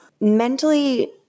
Mentally